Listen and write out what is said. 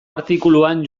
artikuluan